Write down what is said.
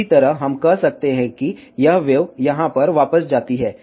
इसी तरह हम कह सकते हैं कि यह वेव यहाँ पर वापस जाती है